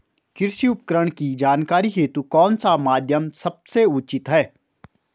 कृषि उपकरण की जानकारी हेतु कौन सा माध्यम सबसे उचित है?